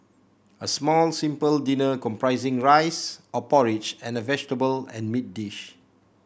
a small simple dinner comprising rice or porridge and a vegetable and meat dish